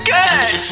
good